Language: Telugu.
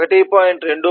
2